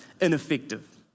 ineffective